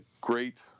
great